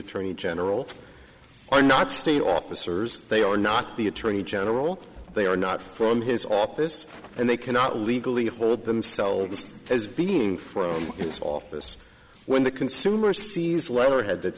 attorney general are not state officers they are not the attorney general they are not from his office and they cannot legally hold themselves as being from his office when the consumer sees letterhead that